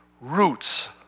roots